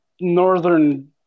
northern